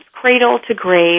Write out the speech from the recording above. cradle-to-grave